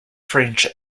french